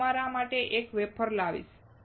હું તમારા માટે એક વેફર લાવીશ